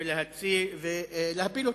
ולהפיל אותו.